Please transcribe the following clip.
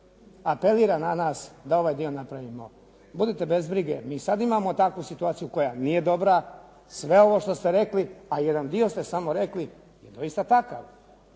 apelira na nas da ovaj dio napravimo, budite bez brige mi imamo sada takvu situaciju koja nije dobra. Sve ovo što ste rekli, a jedan dio ste rekli je doista takav.